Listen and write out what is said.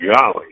golly